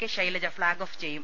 K Shailaja flag off ചെയ്യും